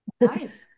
Nice